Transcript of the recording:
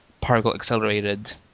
particle-accelerated